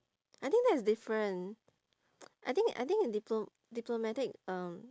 I think that is different I think I think diplo~ diplomatic um